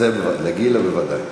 לגילה בוודאי.